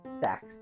sex